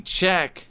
check